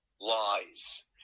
lies